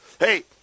Hey